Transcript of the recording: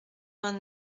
vingt